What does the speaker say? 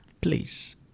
Please